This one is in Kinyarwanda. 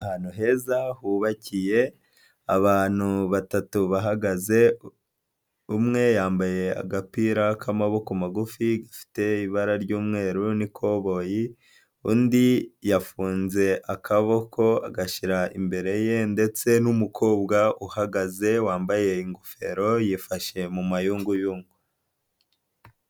Ahantu heza hubakiye abantu batatu bahagaze, umwe yambaye agapira k'amaboko magu gafite ibara ry'umweru n'ikoboyi, undi yafunze akaboko agashyira imbere ye ndetse n'umukobwa uhagaze wambaye ingofero yifashe mu mayunguyungu.